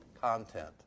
content